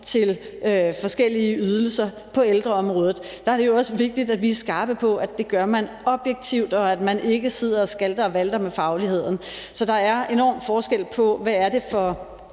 til forskellige ydelser på ældreområdet, er det jo også vigtigt, at vi er skarpe på, at man gør det objektivt, og at man ikke sidder og skalter og valter med fagligheden. Så der er enorm forskel på, hvad det er for